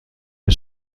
این